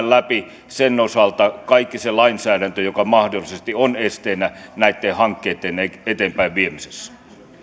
läpi sen osalta kaikki se lainsäädäntö joka mahdollisesti on esteenä näitten hankkeitten eteenpäinviemisessä